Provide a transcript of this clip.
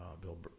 Bill